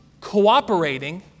cooperating